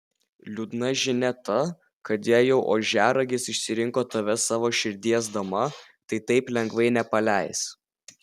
liūdna žinia ta kad jei jau ožiaragis išsirinko tave savo širdies dama tai taip lengvai nepaleis